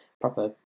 proper